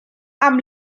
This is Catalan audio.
amb